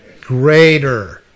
Greater